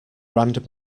random